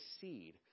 seed